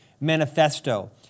Manifesto